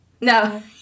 No